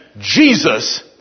Jesus